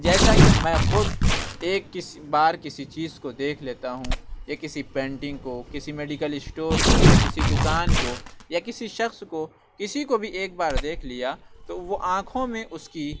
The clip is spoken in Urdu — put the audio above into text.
جیسا کہ میں خود ایک کس بار کسی چیز کو دیکھ لیتا ہوں یا کسی پینٹنگ کو کسی میڈیکل اسٹور کو یا کسی دُکان کو یا کسی شخص کو کسی کو بھی ایک بار دیکھ لیا تو وہ آنکھوں میں اُس کی